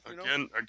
again